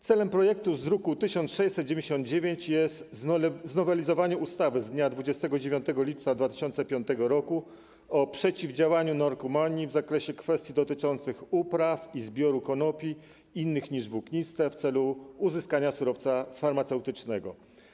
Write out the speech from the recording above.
Celem projektu z druku nr 1699 jest znowelizowanie ustawy z dnia 29 lipca 2005 r. o przeciwdziałaniu narkomanii w zakresie kwestii dotyczących upraw i zbioru konopi innych niż włókniste w celu uzyskania surowca farmaceutycznego.